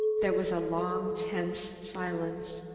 there was a long, tense silence.